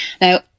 Now